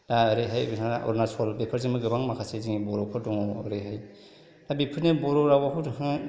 दा ओरैहाय जोङो अरुनाचल बेफोरजोंबो गोबां माखासे जोंनि बर'फोर दङ ओरैहाय बेफोरनि बर' रावआखौ